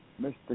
Mr